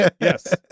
yes